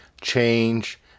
change